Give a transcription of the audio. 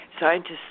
Scientists